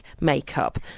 makeup